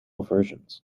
versions